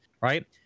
right